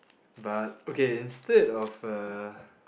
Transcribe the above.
but okay instead of a